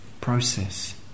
process